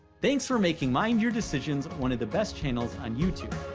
thanks for making mind your decisions one of the best channels on youtube.